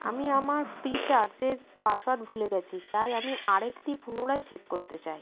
আমি আমার ফ্রিচার্জের পাসওয়ার্ড ভুলে গেছি তাই আমি আরেকটি পুনরায় সেট করতে চাই